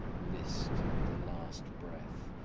list the last breath,